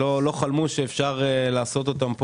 מטרת החוק נועדה כדי לתת אפשרות לנשים להיכנס